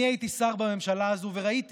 אני הייתי שר בממשלה הזו וראיתי